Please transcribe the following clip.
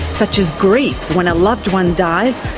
such as grief when a loved one dies,